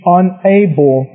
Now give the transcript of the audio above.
unable